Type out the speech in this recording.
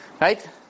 right